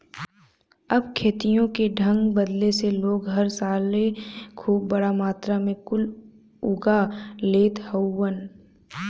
अब खेतियों के ढंग बदले से लोग हर साले खूब बड़ा मात्रा मे कुल उगा लेत हउवन